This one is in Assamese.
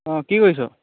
অঁ কি কৰিছ